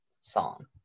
song